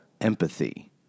empathy